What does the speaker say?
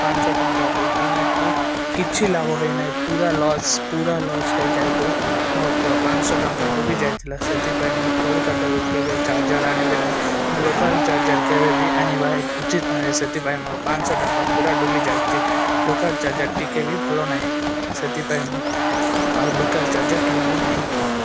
ପାଁଶହ ଟଙ୍କା ଦେଇ କିଣିଛି କିଛି ଲାଭ ହେଇନାହିଁ ପୁରା ଲସ୍ ପୁରା ଲସ୍ ହେଇ ଯାଇକରି ମୋର ପୁରା ପାଁଶହ ଟଙ୍କା ଡୁବି ଯାଇଥିଲା ସେଥିପାଇଁ ମୁଁ କଲିକତାରୁ କେବେ ଚାର୍ଜର ଆଣିବି ନାହିଁ ଲୋକାଲ ଚାର୍ଜର କେବେ ବି ଆଣିବା ଉଚିତ ନୁହେଁ ସେଥିପାଇଁ ମୋର ପାଁଶହ ଟଙ୍କା ପୁରା ଡୁବି ଯାଇଛି ଲୋକାଲ ଚାର୍ଜର ଟିକେ ବି ଭଲ ନାହିଁ ସେଥିପାଇଁ ମୁଁ ଆଉ ଲୋକାଲ ଚାର୍ଜର କିନିବି ନାହିଁ